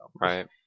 Right